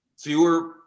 fewer